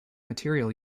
material